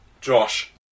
Josh